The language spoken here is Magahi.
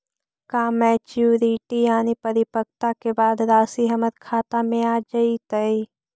का मैच्यूरिटी यानी परिपक्वता के बाद रासि हमर खाता में आ जइतई?